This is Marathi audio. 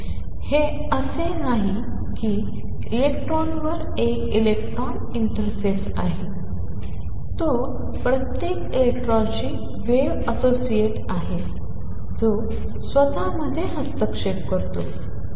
तर हे असे नाही की इलेक्ट्रॉनवर एक इलेक्ट्रॉन इंटरफेस आहे तो प्रत्येक इलेक्ट्रॉनशी वेव्ह असोसिएट आहे जो स्वतःमध्ये हस्तक्षेप करतो